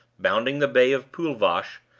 bounding the bay of poolvash,